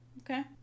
Okay